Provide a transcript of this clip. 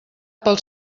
pel